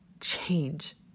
change